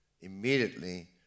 immediately